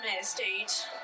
estate